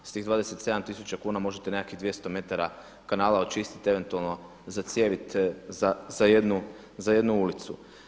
S tih 27 tisuća kuna možete nekakvih 200 metara kanala očistiti, eventualno zacjevit za jednu ulicu.